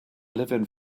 living